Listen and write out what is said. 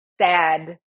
sad